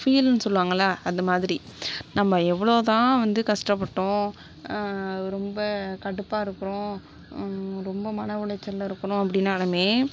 ஃபில்னு சொல்லுவாங்கல அந்த மாதிரி நம்ம எவ்வளோதான் வந்து கஷ்டப்பட்டோம் ரொம்ப கடுப்பாக இருக்கிறோம் ரொம்ப மன உளைச்சலில் இருக்கிறோம் அப்டினாலும்